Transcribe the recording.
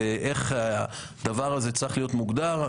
ואיך הדבר הזה צריך להיות מוגדר.